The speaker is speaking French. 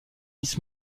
miss